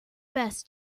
best